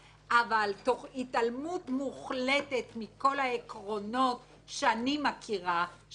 אך תוך התעלמות מוחלטת מכל העקרונות שאני מכירה שיש לדמוקרטיה.